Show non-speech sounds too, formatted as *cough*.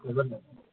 *unintelligible*